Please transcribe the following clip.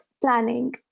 planning